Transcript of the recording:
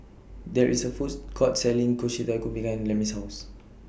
There IS A Foods Court Selling Kushikatsu behind Lemmie's House